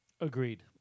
Agreed